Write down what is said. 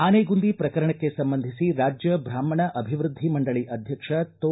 ಆನೆಗುಂದಿ ಪ್ರಕರಣಕ್ಕೆ ಸಂಬಂಧಿಸಿ ರಾಜ್ಯ ಬ್ರಾಹ್ಮಣ ಅಭಿವೃದ್ಧಿ ಮಂಡಳಿ ಅಧ್ಯಕ್ಷ ತೊ